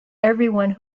everyone